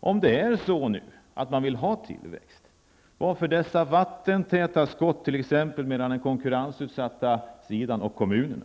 Om man nu vill ha tillväxt, varför finns det då så vattentäta skott mellan t.ex. den konkurrensutsatta sidan och kommunerna?